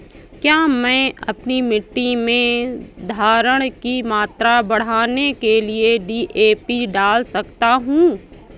क्या मैं अपनी मिट्टी में धारण की मात्रा बढ़ाने के लिए डी.ए.पी डाल सकता हूँ?